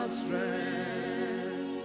strength